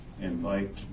invite